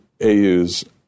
AU's